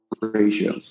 ratio